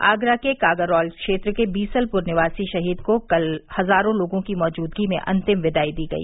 आगरा के कागारौल क्षेत्र में बीसलपुर निवासी शहीद को कल हजारों लोगों की मौजूदगी में अंतिम विदाई दी गई